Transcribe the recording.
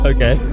Okay